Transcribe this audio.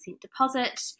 deposit